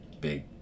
big